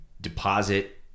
deposit